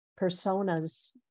personas